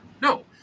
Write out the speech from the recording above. No